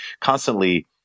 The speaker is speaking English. constantly